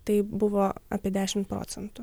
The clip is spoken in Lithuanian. tai buvo apie dešimt procentų